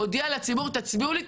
הוא הודיע לציבור: תצביעו לי,